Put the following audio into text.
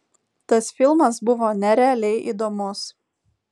tas filmas buvo nerealiai įdomus